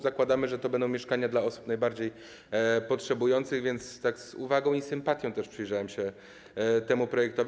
Zakładamy, że to będą mieszkania dla osób najbardziej potrzebujących, więc z uwagą i sympatią też przyjrzałem się temu projektowi.